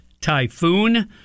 Typhoon